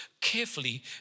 carefully